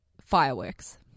Fireworks